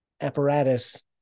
apparatus